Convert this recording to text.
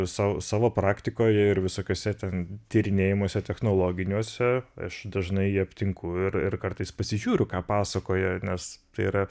sau savo praktikoje ir visokiose ten tyrinėjimuose technologiniuose aš dažnai jį aptinku ir ir kartais pasižiūriu ką pasakoja nes tai yra